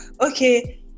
okay